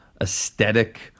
aesthetic